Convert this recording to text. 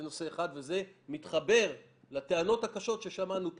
זה נושא אחד וזה מתחבר לטענות הקשות ששמענו פה.